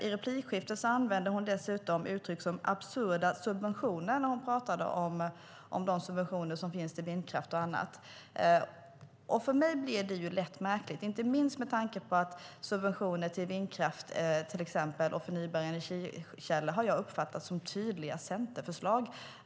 I replikskiftet använde hon dessutom uttryck som absurda subventioner, när hon pratade om de subventioner som finns till vindkraft och annat. För mig blir det lite märkligt, inte minst med tanke på att jag har uppfattat subventioner till vindkraft och förnybar energi som tydliga centerförslag.